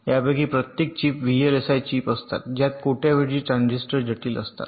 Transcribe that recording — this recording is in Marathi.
यापैकी प्रत्येक चीप व्हीएलएसआय चीप असतात ज्यात कोट्यावधी ट्रान्झिस्टर जटिल असतात